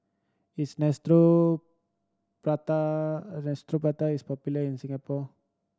is Neostrata popular in Singapore